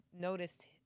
noticed